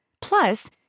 Plus